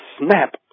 snap